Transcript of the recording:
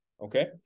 Okay